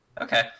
Okay